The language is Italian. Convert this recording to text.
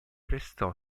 prestò